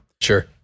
Sure